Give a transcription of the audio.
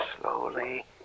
slowly